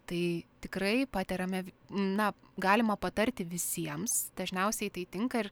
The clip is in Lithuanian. tai tikrai paterame na galima patarti visiems dažniausiai tai tinka ir